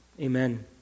Amen